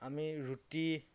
আমি ৰুটি